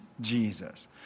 Jesus